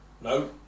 No